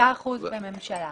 5% בממשלה.